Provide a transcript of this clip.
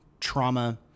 trauma